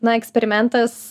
na eksperimentas